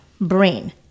brain